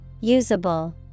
Usable